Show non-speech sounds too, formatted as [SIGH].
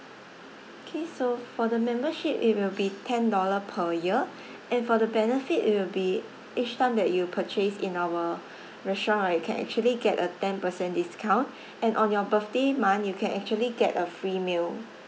K so for the membership it will be ten dollar per year [BREATH] and for the benefit it'll be each time that you purchase in our [BREATH] restaurant right you can actually get a ten percent discount [BREATH] and on your birthday month you can actually get a free meal